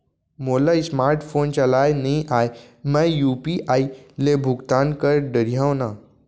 मोला smart phone चलाए नई आए मैं यू.पी.आई ले भुगतान कर डरिहंव न?